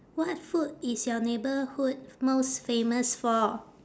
what food is your neighbourhood most famous for